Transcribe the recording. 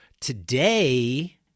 today